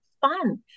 fun